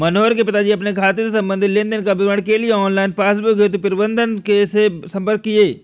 मनोहर के पिताजी अपने खाते से संबंधित लेन देन का विवरण के लिए ऑनलाइन पासबुक हेतु प्रबंधक से संपर्क किए